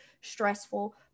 stressful